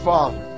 Father